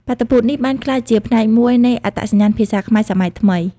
បាតុភូតនេះបានក្លាយជាផ្នែកមួយនៃអត្តសញ្ញាណភាសាខ្មែរសម័យថ្មី។